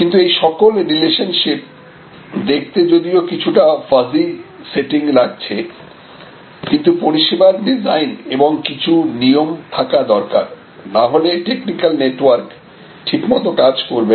কিন্তু এই সকল রিলেশনশিপ দেখতে যদিও কিছুটা ফাজি সেটিং লাগছে কিন্তু পরিষেবার ডিজাইন এবং কিছু নিয়ম থাকা দরকার না হলে টেকনিক্যাল নেটওয়ার্ক ঠিকমতো কাজ করবে না